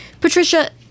Patricia